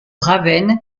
ravenne